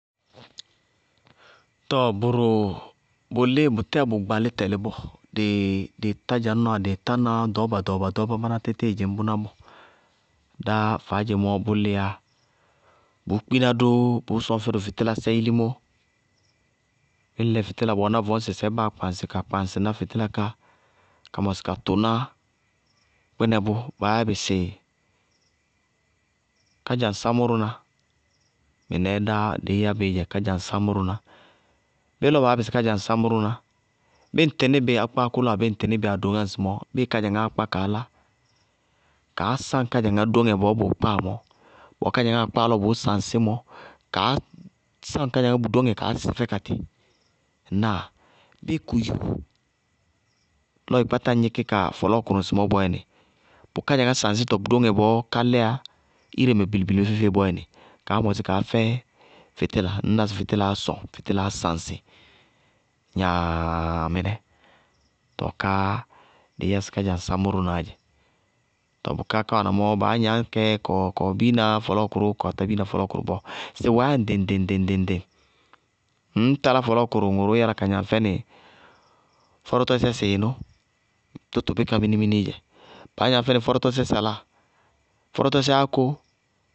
Tɔɔ bʋrʋ líɩ, bʋtɛɛ bʋ gbalí tɛlɩ bɔɔ, dɩɩ tá dzanʋnáa, dɩɩ tána dɔɔba ɖɔɔba-ɖɔɔbá, báná títíɩ dzɩñ bʋná bɔɔ. Dáá faádzemɔ bʋ líyá, bʋʋ kpína dʋ bʋʋ sɔñ fɛdʋ dɩ fɩtílasɛ ilimó, ñŋ ŋlɛ fɩtíla bʋ wɛná vɔñsɛ sɛɛ báa kpaŋsɩ ka kɩaŋsɩná bʋ fɩtíla ká, ka mɔsɩ ka tʋná kpínɛ bʋ, baá yabɩ sɩ kádzaŋsaámʋná. Bé lɔɔ baá yábɩ sɩ kádzaŋsaámʋná, bíɩ ŋ tɩní bɩ ákpákʋ lɔ abéé ŋ tɩní bɩ adoŋá ŋsɩmɔɔ bíɩ kádzaŋáá kpá kaá lá, kaá sáŋ kádzaŋá dóŋɛ bɔɔ bʋʋ kpáa mɔɔ, bɔɔ kádzaŋáa kpáa lɔ bʋʋ saŋsí mɔ, kaá sáŋ kádzaŋá bʋ dóŋɛ kaá sísɩ fɛ katɩ. Ŋnáa? Bíɩ kʋ yúu lɔ ɩ kpáta gníkí ka fɔlɔɔkʋrʋ ŋsɩmɔɔ bɔɔyɛnɩ, bʋ kádzaŋá saŋsítɔ dóŋɛ bɔɔ ká lɛyá, ire mɛ bilibili feé bɔɔyɛnɩ, kaá mɔsí kaá fɛ fɩtíla, ŋñná sɩ fɩtílaá sɔñ fɩtílaá saŋsɩ gnaaa! Mɩnɛ tɔɔ káá dɩí yá sɩ kádzaŋsaámʋná dzɛ. Tɔɔ bʋká wáana mɔɔ baá gnañ kɛ kawɛ biina fɔlɔɔkʋrʋ, katá biina fɔlɔɔkʋrʋ bɔɔ, sɩ wɛɛyá ŋɖɩŋ-ŋɖɩŋ ŋɖɩŋ-ŋɖɩŋ, ŋñ talá fɔlɔɔkʋrʋ ŋʋrʋʋ yála ka gnaŋ fɛnɩ fɔrɔtɔsɛ sɩɩnʋ, tʋtʋbíka minimini dzɛ, baá gnañ fɛnɩ fɔrɔtɔsɛ saláa, fɔrɔtɔsɛ áko.